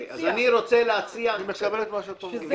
אני מקבל את מה שאת אומרת.